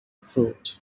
fruit